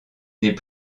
n’est